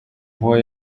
boy